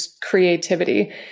creativity